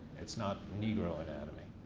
it's not negro anatomy.